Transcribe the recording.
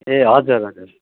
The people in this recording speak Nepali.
ए हजुर हजुर